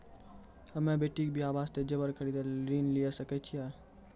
हम्मे बेटी के बियाह वास्ते जेबर खरीदे लेली ऋण लिये सकय छियै?